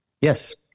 Yes